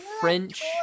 French